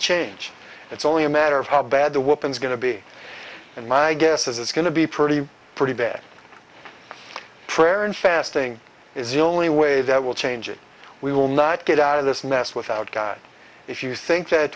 change it's only a matter of how bad the weapons going to be and my guess is it's going to be pretty pretty bad prayer and fasting is the only way that will change it we will not get out of this mess without god if you think that